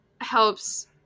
helps